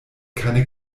keine